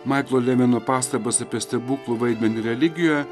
maiklo levino pastabas apie stebuklų vaidmenį religijoje